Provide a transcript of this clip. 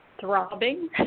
throbbing